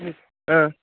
ಹ್ಞೂ ಹಾಂ